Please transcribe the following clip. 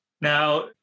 Now